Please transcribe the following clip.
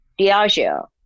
Diageo